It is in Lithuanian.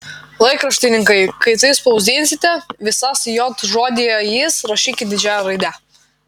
laikraštininkai kai tai spausdinsite visas j žodyje jis rašykit didžiąja raide